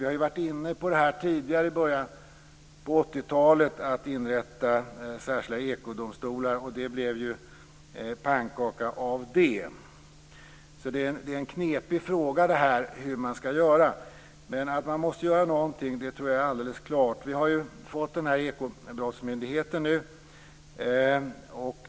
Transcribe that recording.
På 80-talet var vi ju inne på att inrätta särskilda ekodomstolar, och det blev pannkaka av det. Det här med hur man skall göra är en knepig fråga. Men det är alldeles klart att man måste göra någonting. Vi har ju nu fått den här ekobrottsmyndigheten.